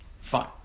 Fine